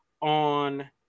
on